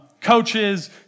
coaches